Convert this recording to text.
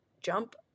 jump